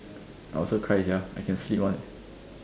I also cry sia I can sleep one eh